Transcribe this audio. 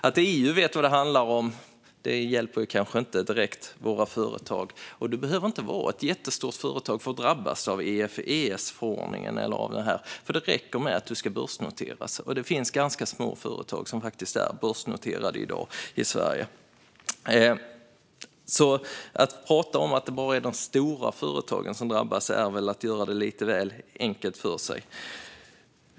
Att EU vet vad det handlar om hjälper kanske inte direkt våra företag, och det behöver inte vara ett jättestort företag som drabbas av Esef-förordningen eftersom det räcker med att företaget ska börsnoteras. Det finns små företag som är börsnoterade i dag i Sverige. Att hävda att det bara är de stora företagen som drabbas är väl att göra det lite väl enkelt för sig.